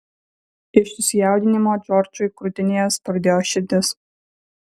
iš susijaudinimo džordžui krūtinėje spurdėjo širdis